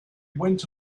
went